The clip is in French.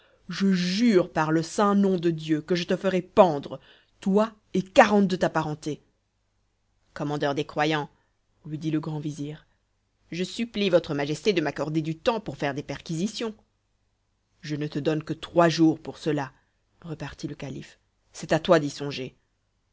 je jure par le saint nom de dieu que je te ferai pendre toi et quarante de ta parenté commandeur des croyants lui dit le grand vizir je supplie votre majesté de m'accorder du temps pour faire des perquisitions je ne te donne que trois jours pour cela repartit le calife c'est à toi d'y songer